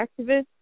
activists